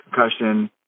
concussion